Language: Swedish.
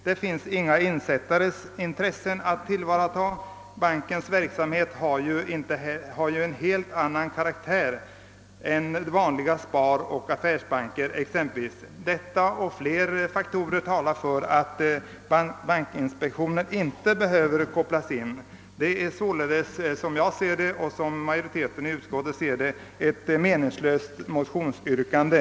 Det finns inga insättares intressen att tillvarata; bankens verksamhet har t.ex. en helt annan karaktär än vanliga sparoch affärsbanker. Detta och flera andra faktorer talar för att bankinspektionen inte behöver kopplas in i sammanhanget. Det är således, som jag och majoriteten i utskottet ser det, ett meningslöst motionsyrkande.